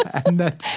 and that